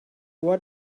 what